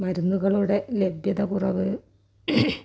മരുന്നുകളുടെ ലഭ്യത കുറവ്